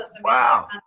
Wow